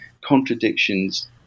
contradictions